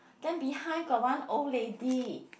then behind got one old lady